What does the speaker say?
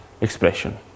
expression